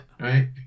Right